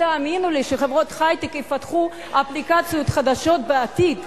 תאמינו לי שחברות היי-טק יפתחו אפליקציות חדשות בעתיד,